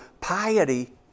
piety